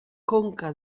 conca